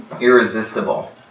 irresistible